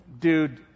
Dude